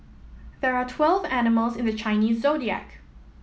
there are twelve animals in the Chinese Zodiac